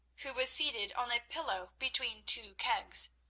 who was seated on a pillow between two kegs.